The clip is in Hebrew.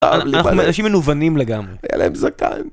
אנחנו אנשים מנוונים לגמרי, היה להם זקן